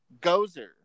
Gozer